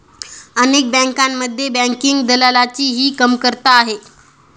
अनेक बँकांमध्ये बँकिंग दलालाची ही कमतरता आहे